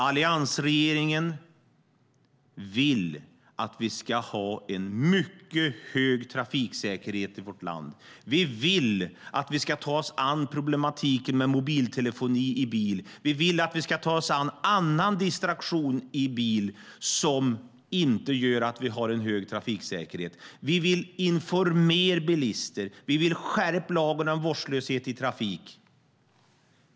Alliansregeringen vill att vi ska ha en mycket hög trafiksäkerhet i vårt land. Vi vill att vi ska ta oss an problematiken med mobiltelefoni i bil. Vi vill att vi ska ta oss an annan distraktion i bil som gör att vi inte har en hög trafiksäkerhet. Vi vill informera bilister och skärpa lagen om vårdslöshet i trafik.